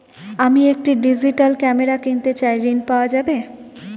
আমি একটি digital camera কিনতে চাই ঝণ পাওয়া যাবে?